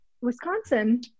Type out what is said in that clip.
Wisconsin